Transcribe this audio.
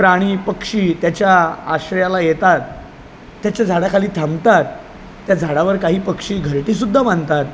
प्राणी पक्षी त्याच्या आश्रयाला येतात त्याच्या झाडाखाली थांबतात त्या झाडावर काही पक्षी घरटी सुद्धा बांधतात